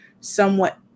somewhat